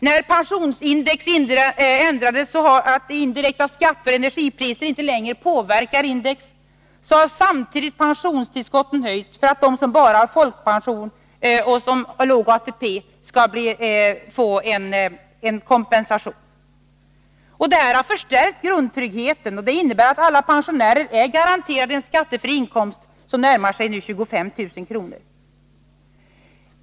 När pensionsindex ändrades så att indirekta skatter och energipriser inte längre skulle påverka detta index har samtidigt pensionstillskotten höjts, så att de som bara har folkpension och låg ATP skall få kompensation. Detta har förstärkt grundtryggheten, och det innebär att alla pensionärer är garanterade en skattefri inkomst som närmar sig 25 000 kr.